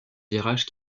virages